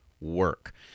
work